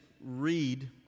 read